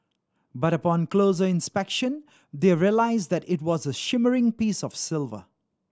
but upon closer inspection their realised that it was a shimmering piece of silver